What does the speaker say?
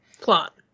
plot